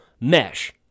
mesh